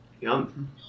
Yum